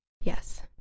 yes